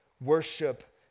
worship